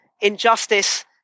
injustice